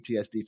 PTSD